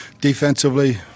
Defensively